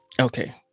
Okay